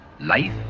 life